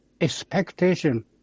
expectation